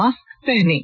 mask पहनें